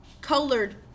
colored